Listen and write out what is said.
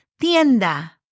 Tienda